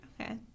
Okay